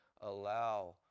allow